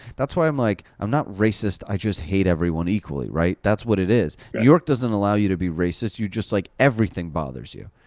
that's why i'm like. i'm not racist, i just hate everyone equally, right? that's what it is. new york doesn't allow you to be racist. you just, like, everything bothers you.